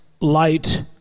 light